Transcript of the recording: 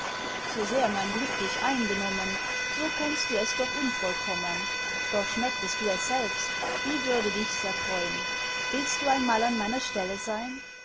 so sehr mein glück dich eingenommen so kennst du es doch unvollkommen doch schmecktest du es selbst wie würde dichs erfreun willst du einmal an meiner stelle sein